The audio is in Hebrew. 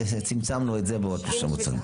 צמצמנו את זה בעוד שלושה מוצרים.